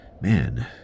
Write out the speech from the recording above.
man